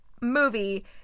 movie